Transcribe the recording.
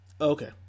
Okay